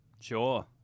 Sure